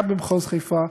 גם במחוז חיפה,